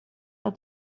att